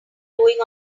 doing